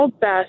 best